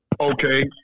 Okay